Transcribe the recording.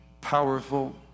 powerful